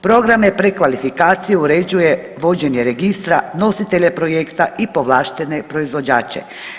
Programe prekvalifikaciju uređuje vođenje registra, nositelje projekta i povlaštene proizvođače.